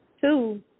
Two